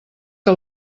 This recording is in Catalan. que